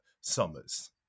summers